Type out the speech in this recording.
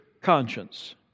conscience